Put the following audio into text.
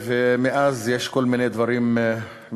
ומאז יש כל מיני דברים מסורבלים,